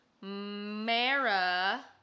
Mara